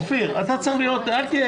תודה